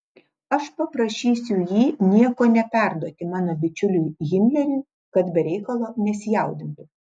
aš paprašysiu jį nieko neperduoti mano bičiuliui himleriui kad be reikalo nesijaudintų